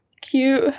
cute